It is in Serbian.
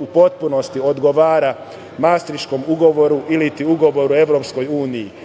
u potpunosti odgovara Mastriškom ugovoru, iliti Ugovoru EU. To u